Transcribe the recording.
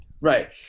Right